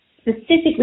specifically